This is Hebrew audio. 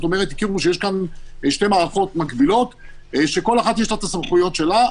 הכירו שיש כאן שתי מערכות מקבילות שלכל אחת יש את הסמכויות שלה,